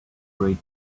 great